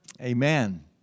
Amen